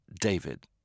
David